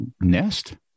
Nest